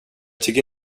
tycker